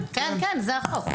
כן, זה אכן כך.